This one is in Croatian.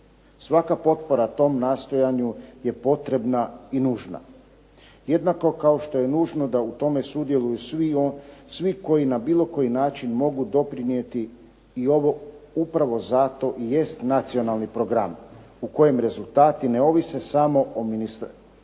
Svaka potpora tom nastojanju je potrebna i nužna, jednako kao što je nužno da u tome sudjeluju svi koji na bilo koji način mogu doprinijeti i ovo upravo zato i jest nacionalni program u kojem rezultati ne ovise samo o Ministarstvu